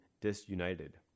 disunited